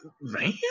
man